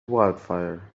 wildfire